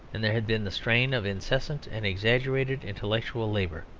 and there had been the strain of incessant and exaggerated intellectual labour.